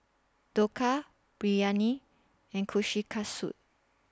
Dhokla Biryani and Kushikatsu